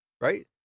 right